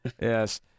Yes